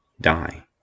die